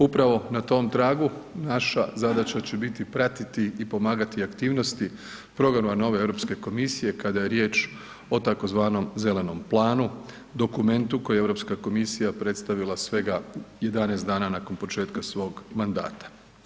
Upravo na tom tragu naša zadaća će biti pratiti i pomagati aktivnosti programa nove EU komisije kada je riječ o tzv. Zelenom planu, dokumentu koji je EU komisija predstavila svega 11 dana nakon početka svog mandata.